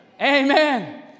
Amen